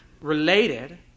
related